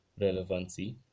relevancy